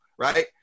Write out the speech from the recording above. right